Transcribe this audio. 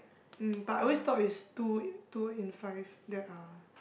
mm but I always thought is two two in five that are